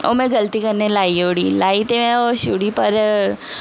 ओह् में गलती कन्नै लाई ओड़ी लाई ते ओह् छुड़ी पर